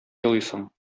елыйсың